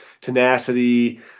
tenacity